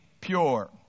pure